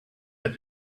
had